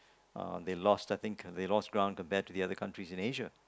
uh they lost I think they lost ground compared to the other countries in Asia